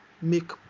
make